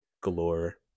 galore